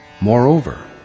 Moreover